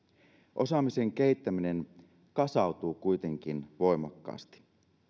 osaamisen kehittäminen kasautuu kuitenkin voimakkaasti